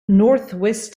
northwest